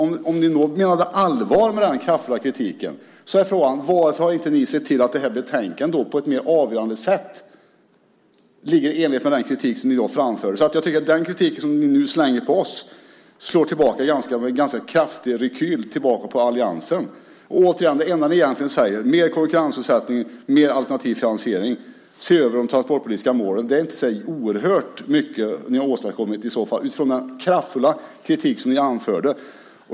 Om ni menade allvar med denna kraftfulla kritik är frågan: Varför har ni inte sett till att det här betänkandet på ett mer avgörande sätt ligger i enlighet med den kritik som ni då framförde? Jag tycker att den kritik som ni nu slänger på oss slår tillbaka med en ganska kraftig rekyl på alliansen. Och återigen: Det enda ni egentligen säger är att det ska vara mer konkurrensutsättning, mer alternativ finansiering och att man ska se över de transportpolitiska målen. Det är i så fall inte så oerhört mycket ni har åstadkommit utifrån den kraftfulla kritik som ni anförde.